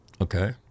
Okay